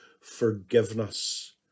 forgiveness